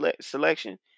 selection